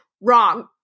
Wrong